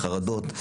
חרדות,